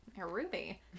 Ruby